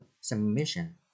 Submission